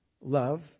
Love